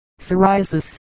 psoriasis